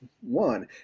One